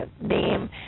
name